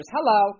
Hello